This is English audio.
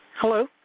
Hello